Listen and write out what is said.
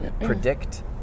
predict